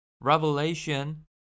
Revelation